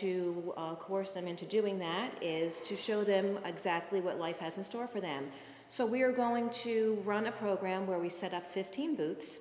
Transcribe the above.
to coerce them into doing that is to show them exactly what life has in store for them so we're going to run a program where we set up fifteen boots